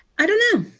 i don't know,